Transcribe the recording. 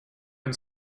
and